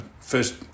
first